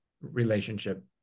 relationship